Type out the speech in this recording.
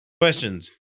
Questions